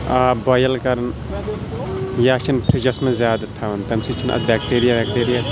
آب بویِل کَران یا چھِ فِرٛجَس منٛز زیادٕ تھاوان تَمہِ سۭتۍ چھِنہٕ اَتھ بٮ۪کٹیٖریا وٮ۪کٹیٖریا